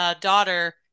daughter